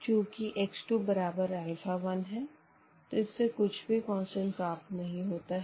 चूँकि x 2 बराबर alpha 1 है तो इससे कुछ भी कांस्टेंट प्राप्त नही होता है